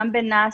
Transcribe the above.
גם בנאס,